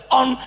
on